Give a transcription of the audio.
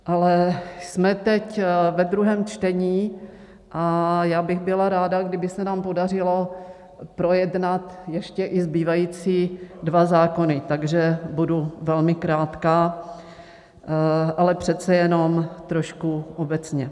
Ale jsme teď ve druhém čtení a já bych byla ráda, kdyby se nám podařilo projednat ještě i zbývající dva zákony, takže budu velmi krátká, ale přece jenom trošku obecně.